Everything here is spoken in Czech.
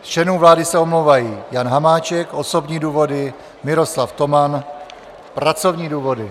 Z členů vlády se omlouvají: Jan Hamáček osobní důvody a Miroslav Toman pracovní důvody.